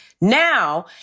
now